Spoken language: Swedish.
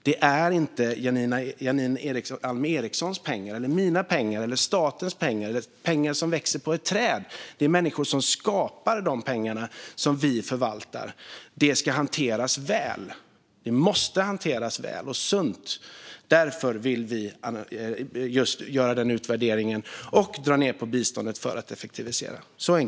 Det är inte Janine Alm Ericsons pengar, mina pengar, statens pengar eller pengar som växer på träd. Det är människor som skapar de pengarna, som vi förvaltar. De ska hanteras väl. De måste hanteras väl och sunt. Därför vill vi göra utvärderingen och dra ned på biståndet för att effektivisera. Så enkelt är det.